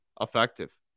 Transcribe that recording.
effective